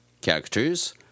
characters